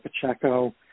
Pacheco